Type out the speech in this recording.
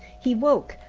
he woke,